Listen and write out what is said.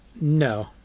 No